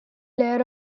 layer